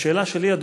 אדוני, השאלה שלי: